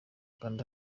kanda